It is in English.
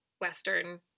western